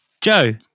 joe